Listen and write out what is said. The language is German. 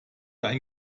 ein